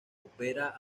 opera